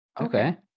Okay